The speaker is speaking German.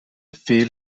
fehl